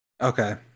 Okay